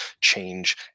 change